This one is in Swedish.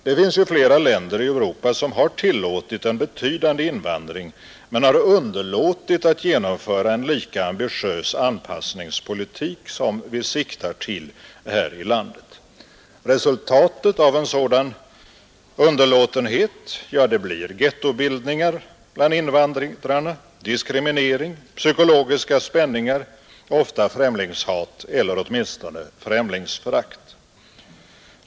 Det finns flera länder i Europa som har tillåtit en betydande invandring men underlåtit att genomföra en lika ambitiös anpassningspolitik som vi siktar till här i landet. Resultatet av en sådan underlåtenhet blir gettobildningar bland invandrarna, diskriminering, psykologiska spänningar och ofta främlingshat — eller åtminstone främlingsförakt.